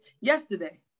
yesterday